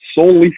solely